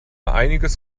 einiges